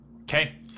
Okay